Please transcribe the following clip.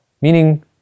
Meaning